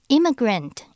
Immigrant